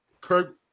Kirk